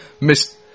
miss